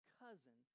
cousin